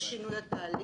משינוי התהליך.